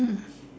mm